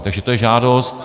Takže to je žádost.